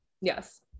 Yes